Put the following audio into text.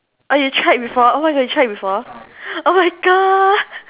oh you tried before oh my god you tried before oh my god